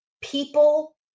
people